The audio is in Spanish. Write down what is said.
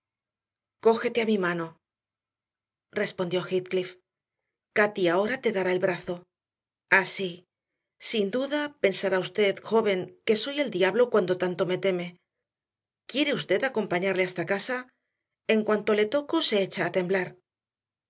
cógete a mi mano respondió heathcliff cati ahora te dará el brazo así sin duda pensará usted joven que soy el diablo cuando tanto me teme quiere usted acompañarle hasta casa en cuanto le toco se echa a temblar